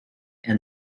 and